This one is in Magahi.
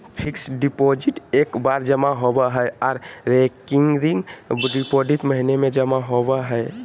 फिक्स्ड डिपॉजिट एक बार जमा होबो हय आर रेकरिंग डिपॉजिट महीने में जमा होबय हय